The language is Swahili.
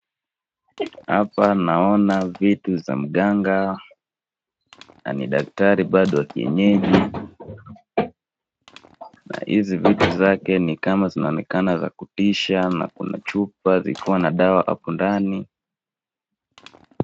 Hapa naona vitu za mganga na ni daktari bado kienyeji na hizi vitu zake zinaonekana za kutisha na kuna chupa zikiwa na dawa hapo ndani.